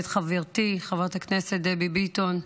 ואת חברתי חברת הכנסת דבי ביטון,